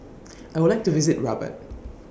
I Would like to visit Rabat